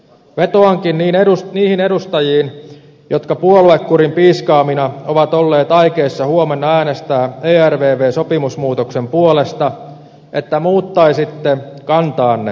vetoankin niihin edustajiin jotka puoluekurin piiskaamina ovat olleet aikeissa huomenna äänestää ervv sopimusmuutoksen puolesta että muuttaisitte kantaanne